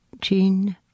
Jean